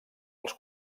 els